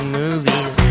movies